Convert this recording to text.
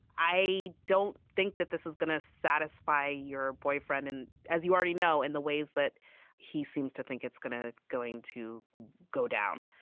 i don't think that this is going to satisfy your boyfriend. and as you already know in the ways that he seems to think it's going to going to go down.